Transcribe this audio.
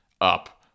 up